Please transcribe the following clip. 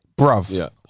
bruv